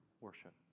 worship